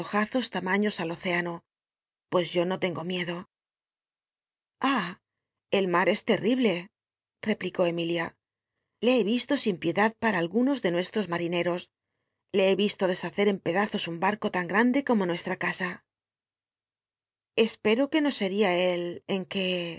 tamaños al océano pues yo no tengo miedo ah el mar es terrible replicó emilia l e he islo sin piedad para algunos de nuestros marineros le he yislo deshacer en pedazos un ba co tan gmndc como nueslla cas uc f spcro que no seria él en e